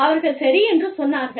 அவர்கள் சரி என்று சொன்னார்கள்